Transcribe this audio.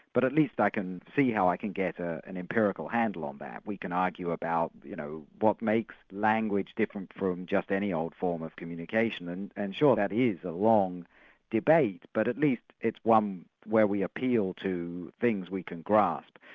but at least i can see how i could get ah an empirical handle on that. we can argue about, you know, what makes language different from just any old form of communication, and and sure, that is a long debate, but at least it's one where we appeal to things we can grasp.